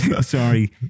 sorry